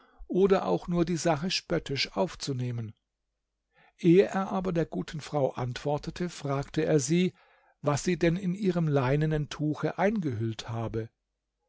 oder auch nur die sache spöttisch aufzunehmen ehe er aber der guten frau antwortete fragte er sie was sie denn in ihrem leinenen tuche eingehüllt habe